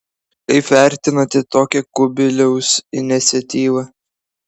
kaip vertinate tokią kubiliaus iniciatyvą